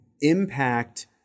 impact